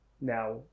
Now